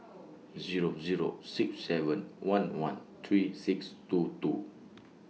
Zero Zero six seven one one three six two two